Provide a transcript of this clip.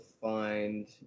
find